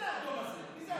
לוועדת הכלכלה נתקבלה.